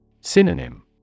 Synonym